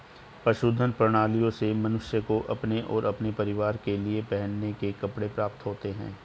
पशुधन प्रणालियों से मनुष्य को अपने और अपने परिवार के लिए पहनने के कपड़े प्राप्त होते हैं